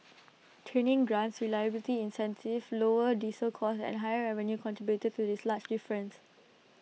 training grants reliability incentives lower diesel costs and higher revenue contributed to this large difference